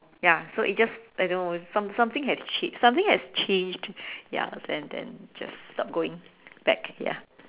ya so it just I know some~ some~ something has change something has changed ya then then just stopped going back ya